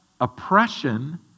oppression